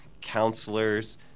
counselors